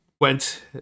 went